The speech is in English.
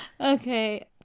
Okay